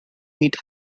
meet